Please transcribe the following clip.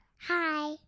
Hi